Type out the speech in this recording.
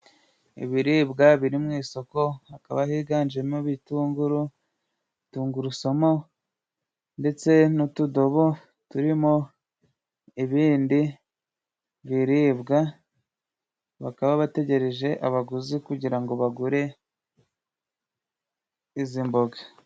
Ibiribwa biri mu isoko hakaba higanjemo : ibitunguru, tungurusumu ndetse n'utudobo turimo ibindi biribwa, bakaba bategereje abaguzi kugira ngo bagure izi mboga.